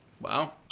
Wow